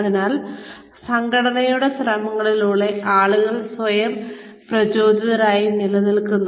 അതിനാൽ സംഘടനയുടെ ശ്രമങ്ങളിലൂടെ ആളുകൾ സ്വയം പ്രചോദിതരായി നിലകൊള്ളുന്നു